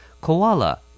koala